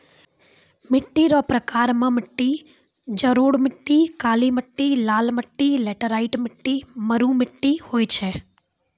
मिट्टी रो प्रकार मे मट्टी जड़ोल मट्टी, काली मट्टी, लाल मट्टी, लैटराईट मट्टी, मरु मट्टी होय छै